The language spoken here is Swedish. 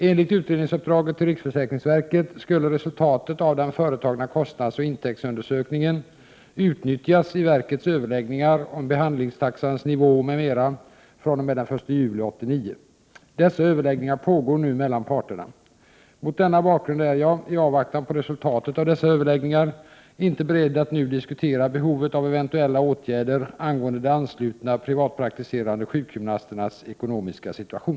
Enligt utredningsuppdraget till riksförsäkringsverket skulle resultatet av den företagna kostnadsoch intäktsundersökningen utnyttjas i verkets överläggningar om behandlingstaxans nivå m.m. fr.o.m. den 1 juli 1989. Dessa överläggningar pågår nu mellan parterna. Mot denna bakgrund är jag — i avvaktan på resultatet av dessa överläggningar — inte beredd att nu diskutera behovet av eventuella åtgärder angående de anslutna privatpraktiserande sjukgymnasternas ekonomiska situation.